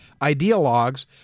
ideologues